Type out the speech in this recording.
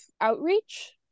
outreach